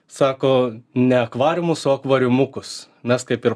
sako ne akvariumus o akvariumukus mes kaip ir